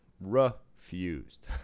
Refused